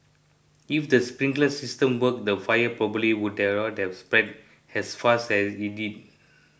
if the sprinkler system worked the fire probably would have spread as fast as it did